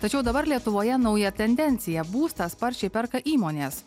tačiau dabar lietuvoje nauja tendencija būstą sparčiai perka įmonės